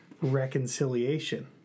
reconciliation